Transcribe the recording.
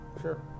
sure